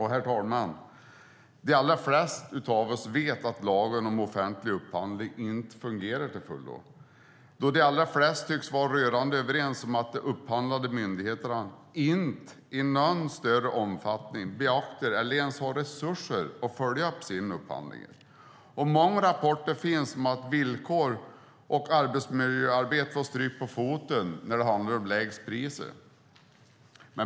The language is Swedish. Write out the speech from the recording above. Herr talman! De allra flesta av oss vet att lagen om offentlig upphandling inte fungerar till fullo, då de allra flesta tycks vara rörande överens om att de upphandlande myndigheterna inte i någon större omfattning beaktar eller ens har resurser att följa upp sina upphandlingar. Många rapporter finns om att villkor och arbetsmiljöarbete får stryka på foten när det handlar om lägst priser.